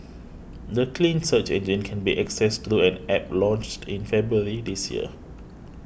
the clean search engine can be accessed through an App launched in February this year